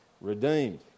redeemed